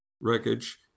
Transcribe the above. wreckage